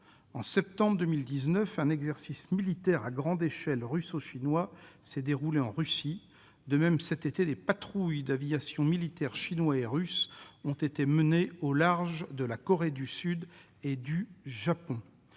En septembre 2019, un exercice militaire russo-chinois à grande échelle s'est déroulé en Russie. De même, cet été, des patrouilles d'avions militaires chinois et russes ont été menées au large de la Corée du Sud et du Japon.